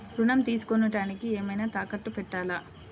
ఋణం తీసుకొనుటానికి ఏమైనా తాకట్టు పెట్టాలా?